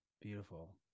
Beautiful